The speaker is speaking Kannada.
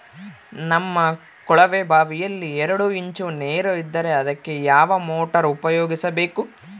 ನಮ್ಮ ಕೊಳವೆಬಾವಿಯಲ್ಲಿ ಎರಡು ಇಂಚು ನೇರು ಇದ್ದರೆ ಅದಕ್ಕೆ ಯಾವ ಮೋಟಾರ್ ಉಪಯೋಗಿಸಬೇಕು?